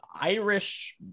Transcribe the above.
Irish